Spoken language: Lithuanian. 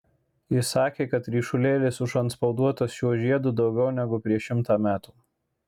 jis sakė kad ryšulėlis užantspauduotas šiuo žiedu daugiau negu prieš šimtą metų